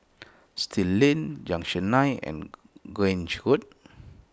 Still Lane Junction nine and Grange Road